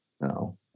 No